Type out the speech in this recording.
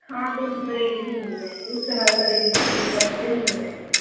हाँ दोनों तरीके की मिल जाएगी उससे हर तरीके की पेपर पिंच हो जाएंगी